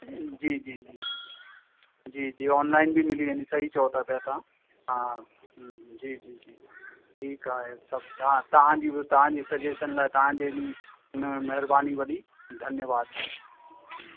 जी जी जी जी ऑनलाइन बि मिली वेंदियूं सही चयो था पिया तव्हां हा हम्म जी जी जी ठीकु आहे सभु तव्हां तव्हांजी बि तव्हांजी बि सजेशन लाइ तव्हांजी बि न महिरबानी वॾी धन्यवादु जी